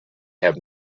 have